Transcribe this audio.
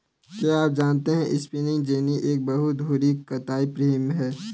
क्या आप जानते है स्पिंनिंग जेनि एक बहु धुरी कताई फ्रेम है?